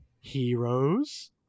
heroes